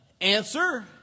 Answer